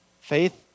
Faith